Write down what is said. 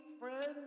friends